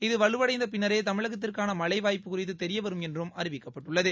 இது வலுவடைந்த பின்னரே தமிழகத்திற்கான மழை வாய்ப்பு குறித்து தெரியவரும் என்றும் அறிவிக்கப்பட்டுள்ளது